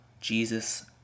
Jesus